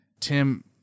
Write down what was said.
Tim